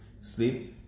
sleep